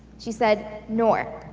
she said, noor,